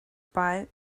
buy